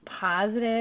positive